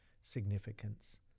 significance